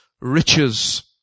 riches